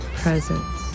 presence